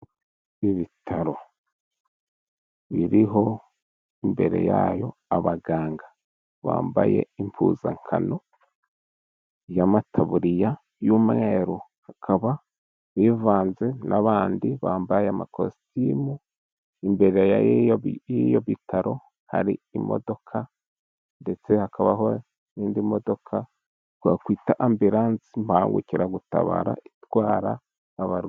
Ibitaro biriho imbere yabyo abaganga bambaye impuzankano y'amatabuririya y'umweru, bakaba bivanze n'abandi bambaye amakositimu .Imbere y'ibyo bitaro hakaba hari imodoka ndetse hakabaho n'indi modoka twakwita ambilanse impagukiragutabara itwara abarwayi.